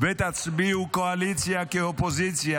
ותצביעו קואליציה כאופוזיציה,